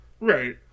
Right